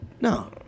No